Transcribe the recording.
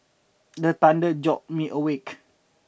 the thunder jolt me awake